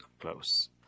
close